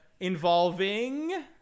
Involving